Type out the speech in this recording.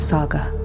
Saga